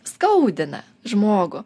skaudina žmogų